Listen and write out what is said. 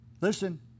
Listen